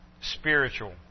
spiritual